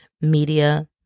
media